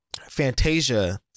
Fantasia